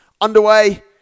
underway